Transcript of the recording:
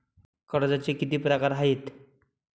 कर्जाचे किती प्रकार आहेत?